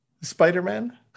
Spider-Man